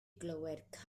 glywed